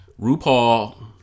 RuPaul